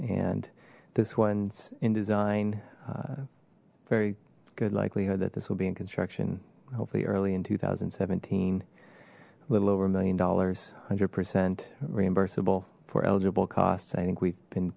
and this one's in design very good likelihood that this will be in construction hopefully early in two thousand and seventeen a little over a million dollars one hundred percent reimbursable for eligible costs i think we've been